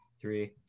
three